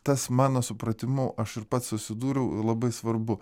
tas mano supratimu aš ir pats susidūriau labai svarbu